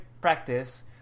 practice